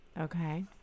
okay